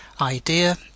idea